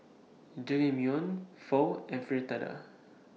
Jajangmyeon Pho and Fritada